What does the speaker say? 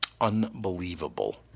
Unbelievable